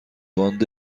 باند